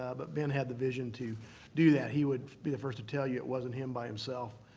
ah but ben had the vision to do that. he would be the first to tell you it wasn't him by himself,